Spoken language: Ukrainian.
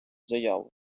заяву